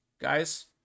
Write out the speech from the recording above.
Guys